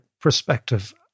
perspective